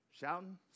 shouting